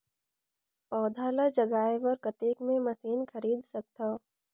पौधा ल जगाय बर कतेक मे मशीन खरीद सकथव?